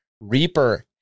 Reaper